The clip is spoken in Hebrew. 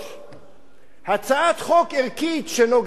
הצעת חוק ערכית שנוגעת לניצולי שואה,